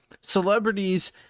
celebrities